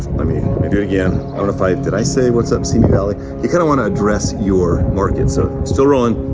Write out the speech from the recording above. let me me do it again. i wanna find, did i say, what's up, simi valley? you kinda wanna address your market, so still rolling.